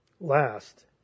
last